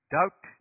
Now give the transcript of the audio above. Doubt